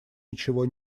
ничего